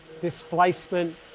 displacement